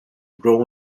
grow